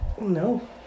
no